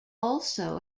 also